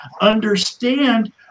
understand